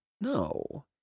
No